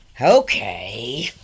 okay